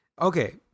Okay